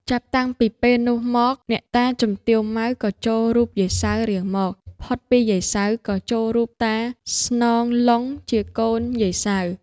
ចាប់តាំងពីពេលនោះមក អ្នកតាជំទាវ ម៉ៅ ក៏ចូលរូបយាយ សៅរ៍រៀងមក ផុតពីយាយ សៅរ៍ ក៏ចូលរូបតា ស្នង ឡុង ជាកូនយាយ សៅរ៍ ។